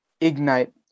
Ignite